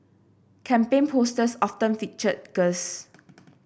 campaign posters often featured girls